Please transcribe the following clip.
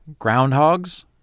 groundhogs